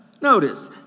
Notice